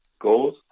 goals